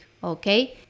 okay